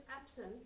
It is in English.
absent